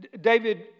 David